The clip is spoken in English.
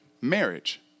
marriage